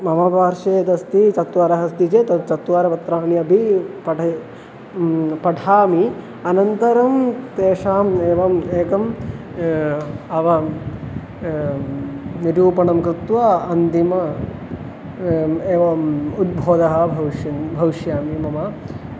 मम पार्श्वे यदस्ति चत्वारः अस्ति चेत् तद् चत्वारपत्राणि अपि पठय् पठामि अनन्तरं तेषाम् एव एकम् अव निरूपणं कृत्वा अन्तिमम् एवम् उद्बोधः भविष्यन् भविष्यामि मम